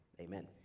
amen